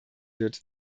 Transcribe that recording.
wird